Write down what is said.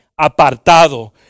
apartado